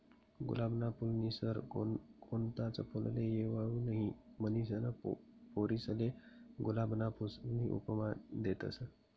गुलाबना फूलनी सर कोणताच फुलले येवाऊ नहीं, म्हनीसन पोरीसले गुलाबना फूलनी उपमा देतस